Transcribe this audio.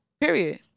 Period